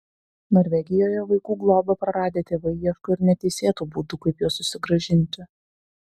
norvegijoje vaikų globą praradę tėvai ieško ir neteisėtų būdų kaip juos susigrąžinti